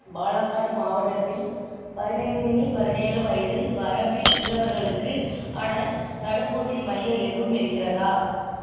பாலாகாட் மாவட்டத்தில் பதினைந்து வி பதினேழு வயது வரம்பில் உள்ளவர்களுக்கு ஆன தடுப்பூசி மையம் எதுவும் இருக்கிறதா